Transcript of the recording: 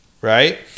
right